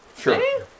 sure